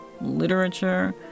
literature